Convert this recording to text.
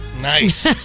Nice